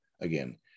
again